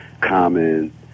Common